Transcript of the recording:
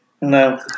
No